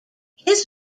his